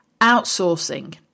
outsourcing